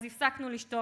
אז הפסקנו לשתוק.